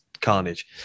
carnage